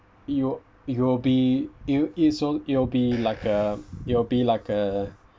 it'll it'll be it's al~ it'll be like uh it'll be like uh